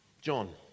John